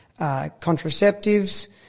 contraceptives